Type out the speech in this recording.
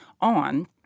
on